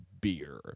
beer